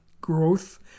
growth